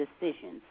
decisions